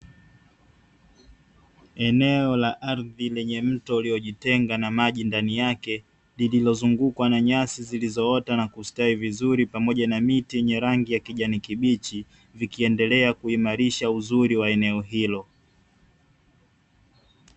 Eneo la ardhi lenye mto uliojitenga na maji ndani yake lililozungukwa na nyasi zilizoota na kustawi vizuri, pamoja na miti yenye rangi ya kijani kibichi vikiendelea kuimarisha uzuri wa eneo hilo.